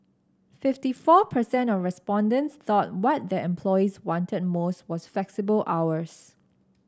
fifty four percent of respondents thought what their employees wanted most was flexible hours